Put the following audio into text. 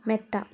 മെത്ത